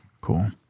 Cool